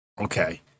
okay